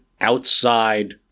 outside